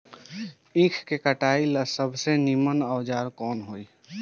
ईख के कटाई ला सबसे नीमन औजार कवन होई?